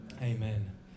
Amen